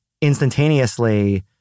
instantaneously